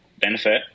benefit